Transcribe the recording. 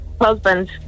Husband